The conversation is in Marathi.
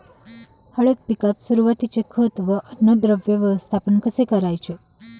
हळद पिकात सुरुवातीचे खत व अन्नद्रव्य व्यवस्थापन कसे करायचे?